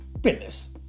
business